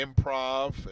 improv